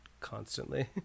constantly